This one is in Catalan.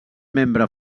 membre